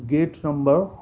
gate number